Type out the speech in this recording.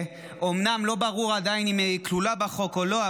שאומנם לא ברור עדיין אם היא כלולה בחוק או לא,